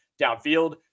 downfield